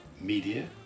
media